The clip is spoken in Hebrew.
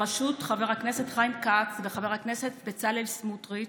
בראשות חבר הכנסת חיים כץ וחבר הכנסת בצלאל סמוטריץ',